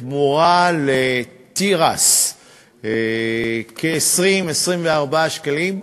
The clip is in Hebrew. בתמורה לתירס, 20 24 שקלים.